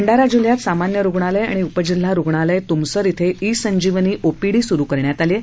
भंडारा जिल्हयात सामान्य रुग्णालय आणि उपजिल्हा रुग्णालय तुससर इथं ई संजीवनी ओपीडी सुरु करण्यात आलेली आहे